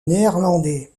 néerlandais